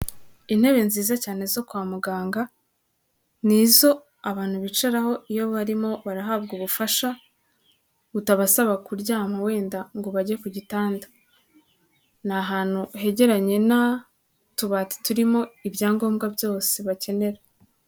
Intebe nziza cyane zo kwa muganga, ni izo abantu bicaraho iyo barimo barahabwa ubufasha, butabasaba kuryama wenda ngo bajye ku gitanda. Ni ahantu hegeranye na utubati turimo ibyangombwa byose bakenera.